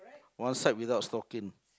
one side without stocking